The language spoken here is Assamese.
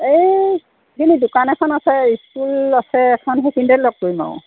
এই এইখিনিত দোকান এখন আছে স্কুল আছে এখন সেইখিনিতে লগ কৰিম আৰু